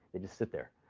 they just sit there,